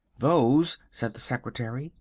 those, said the secretary,